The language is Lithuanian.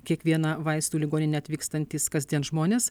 kiekvieną vaistų ligoninę atvykstantys kasdien žmonės